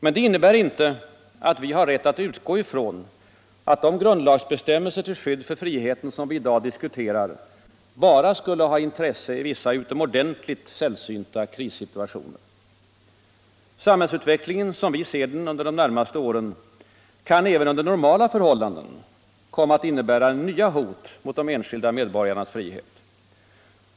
Men detta innebär inte att vi har rätt att utgå från att de grundlagsbestämmelser till skydd för friheten som vi i dag diskuterar bara skulle ha intresse i vissa utomordentligt sällsynta krissituationer. Samhällsutvecklingen — som vi ser den under de närmaste årtiondena — kan även under normala förhållanden komma att innebära nya hot mot de enskilda medborgarnas frihet.